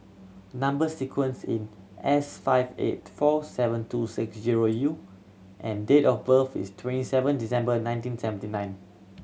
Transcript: number sequence in S five eight four seven two six zero U and date of birth is twenty seven December nineteen seventy nine